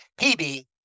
PB